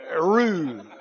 rude